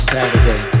Saturday